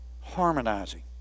harmonizing